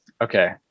okay